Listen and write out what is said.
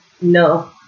No